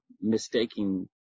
mistaking